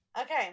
Okay